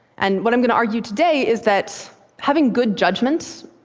and what i'm going to argue today is that having good judgment,